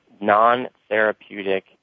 non-therapeutic